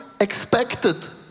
expected